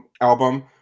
album